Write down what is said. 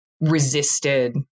resisted